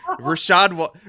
rashad